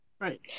Right